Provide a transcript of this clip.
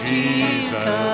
Jesus